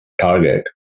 target